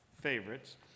favorites